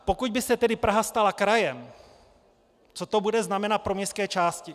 Pokud by se Praha stala krajem, co to bude znamenat pro městské části?